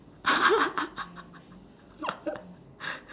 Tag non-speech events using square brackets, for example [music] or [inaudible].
[laughs]